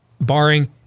barring